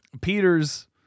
Peters